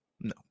no